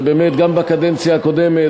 שבאמת גם בקדנציה הקודמת,